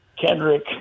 Kendrick